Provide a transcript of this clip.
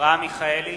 אברהם מיכאלי,